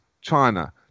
China